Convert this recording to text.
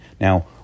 Now